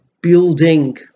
building